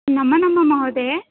नमो नमः महोदय